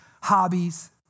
hobbies